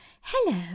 hello